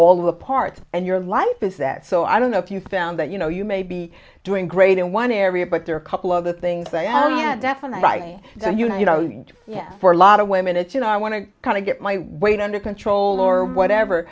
all the parts and your life is that so i don't know if you found that you know you may be doing great in one area but there are couple other things i definitely i mean yes for a lot of women it's you know i want to kind of get my weight under control or whatever